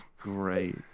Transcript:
great